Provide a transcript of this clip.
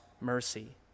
mercy